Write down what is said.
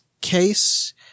case